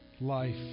life